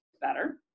better